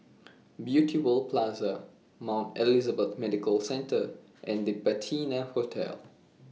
Beauty World Plaza Mount Elizabeth Medical Centre and The Patina Hotel